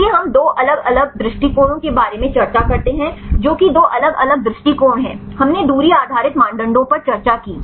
इसलिए हम 2 अलग अलग दृष्टिकोणों के बारे में चर्चा करते हैं जो कि 2 अलग अलग दृष्टिकोण हैं हमने दूरी आधारित मानदंडों पर चर्चा की